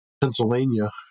Pennsylvania